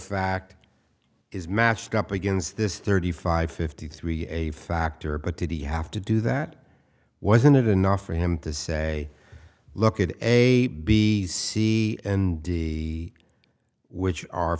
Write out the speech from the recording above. fact is matched up against this thirty five fifty three a factor but did he have to do that wasn't it enough for him to say look at a b c and d which are